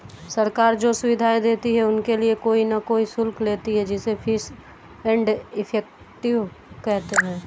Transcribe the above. सरकार जो सुविधाएं देती है उनके लिए कोई न कोई शुल्क लेती है जिसे फीस एंड इफेक्टिव कहते हैं